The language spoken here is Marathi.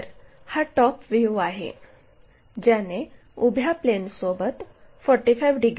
तर हा टॉप व्ह्यू आहे ज्याने उभ्या प्लेनसोबत 45 डिग्रीचा कोन बनवावा